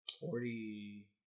Forty